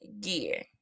gear